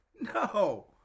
no